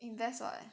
invest what